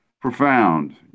profound